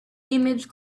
image